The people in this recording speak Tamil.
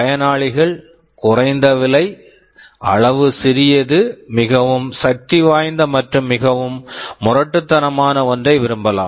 பயனாளிகள் குறைந்த விலை அளவு சிறியது மிகவும் சக்திவாய்ந்த மற்றும் மிகவும் முரட்டுத்தனமான ஒன்றை விரும்பலாம்